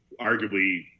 arguably